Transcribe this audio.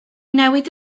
newid